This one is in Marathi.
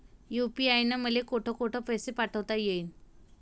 यू.पी.आय न मले कोठ कोठ पैसे पाठवता येईन?